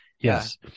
Yes